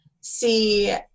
see